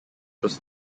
was